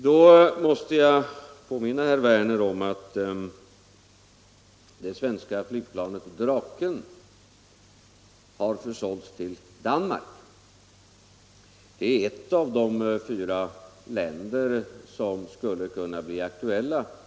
Då måste jag påminna herr Werner om att det svenska flygplanet Draken har försålts till Danmark, som är ett av de fyra länder som nu skulle kunna bli aktuella.